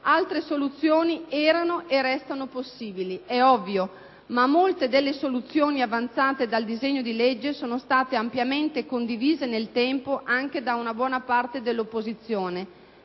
Altre soluzioni erano e restano possibili, è ovvio, ma molte delle soluzioni avanzate dal disegno di legge sono state ampiamente condivise nel tempo anche da una buona parte dell'opposizione.